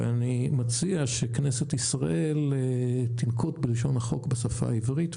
אני מציע שכנסת ישראל תנקוט בלשון החוק בשפה העברית,